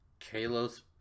Kalos